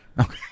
Okay